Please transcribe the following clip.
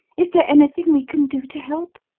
is there anything we can do to help?